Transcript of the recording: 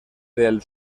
del